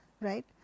right